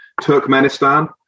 Turkmenistan